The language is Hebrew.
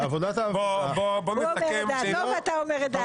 הוא אומר את דעתו ואתה אומר את דעתך.